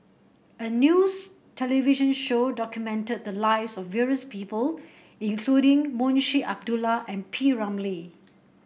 a news television show documented the lives of various people including Munshi Abdullah and P Ramlee